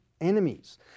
enemies